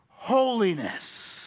Holiness